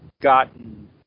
gotten